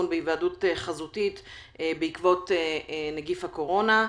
בהיוועדות חזותית בעקבות נגיף הקורונה.